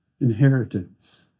Inheritance